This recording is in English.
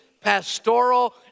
pastoral